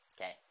okay